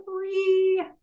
three